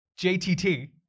JTT